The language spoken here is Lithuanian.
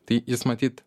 tai jis matyt